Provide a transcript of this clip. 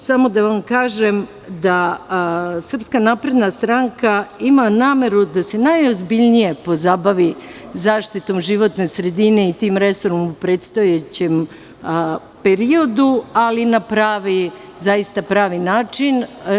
Samo da vam kažem da SNS ima nameru da se najozbiljnije pozabavi zaštitom životne sredine i tim resorom u predstojećem periodu, ali zaista na pravi način.